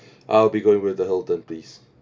I'll be going with the hilton please